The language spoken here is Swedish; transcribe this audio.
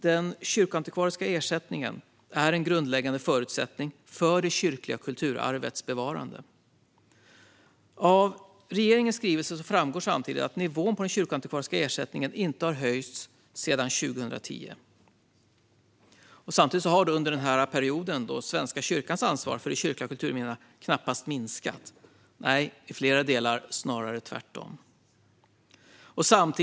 Den kyrkoantikvariska ersättningen är en grundläggande förutsättning för det kyrkliga kulturarvets bevarande. Av regeringens skrivelse framgår att nivån på denna ersättning inte har höjts sedan 2010. Samtidigt har Svenska kyrkans ansvar för de kyrkliga kulturminnena knappast minskat under denna period. I flera delar är det snarare tvärtom.